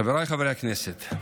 חבריי חברי הכנסת,